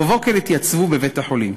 ובבוקר התייצבו בבית-החולים.